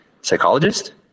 psychologist